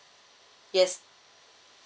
yes